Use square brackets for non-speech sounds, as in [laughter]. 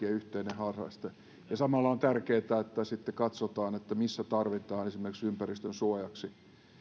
[unintelligible] yhteinen harraste ja samalla on tärkeätä että sitten katsotaan missä tarvitaan esimerkiksi ympäristön suojaksi